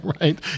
right